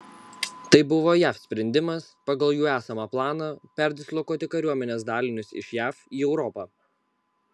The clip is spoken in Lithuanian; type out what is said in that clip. tai buvo jav sprendimas pagal jų esamą planą perdislokuoti kariuomenės dalinius iš jav į europą